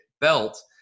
belt